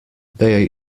they